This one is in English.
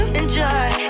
enjoy